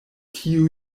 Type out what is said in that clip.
tiu